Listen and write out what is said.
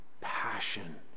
passion